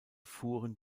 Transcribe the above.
fuhren